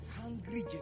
Hungry